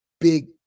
big